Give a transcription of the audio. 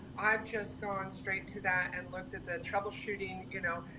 i've just gone straight to that and looked at the troubleshooting, you know,